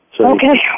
Okay